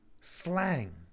slang